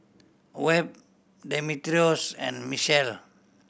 Webb Demetrios and Mechelle